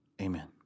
Amen